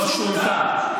לא שונתה.